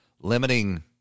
limiting